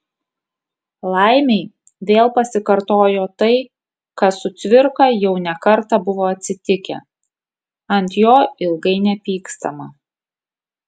laimei vėl pasikartojo tai kas su cvirka jau ne kartą buvo atsitikę ant jo ilgai nepykstama